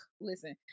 listen